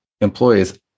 employees